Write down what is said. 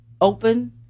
open